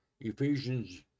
Ephesians